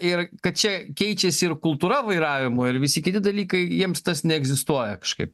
ir kad čia keičiasi ir kultūra vairavimo ir visi kiti dalykai jiems tas neegzistuoja kažkaip